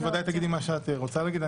את ודאי תגידי מה שאת רוצה להגיד,